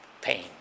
pain